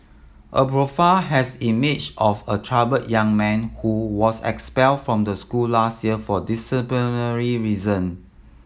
a profile has emerged of a troubled young man who was expelled from the school last year for disciplinary reason